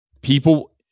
people